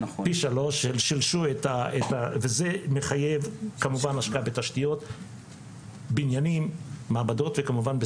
ואני אשמח לתת לכם דוגמאות.